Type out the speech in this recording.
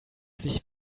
sich